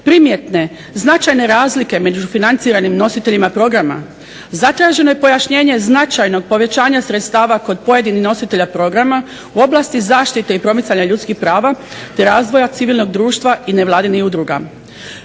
primjetne značajne razlike među financiranim nositeljima programa. Zatraženo je pojašnjenje značajnog povećanja sredstava kod pojedinih nositelja programa u oblasti zaštite i promicanja ljudskih prava, te razvoja civilnog društva i nevladinih udruga.